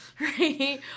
right